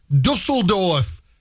Dusseldorf